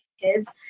kids